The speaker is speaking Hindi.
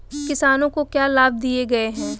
किसानों को क्या लाभ दिए गए हैं?